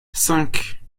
cinq